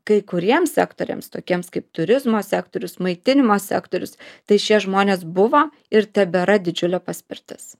kai kuriems sektoriams tokiems kaip turizmo sektorius maitinimo sektorius tai šie žmonės buvo ir tebėra didžiulė paspirtis